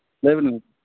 ᱞᱟᱹᱭ ᱵᱤᱱ